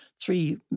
three